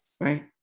Right